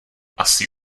asi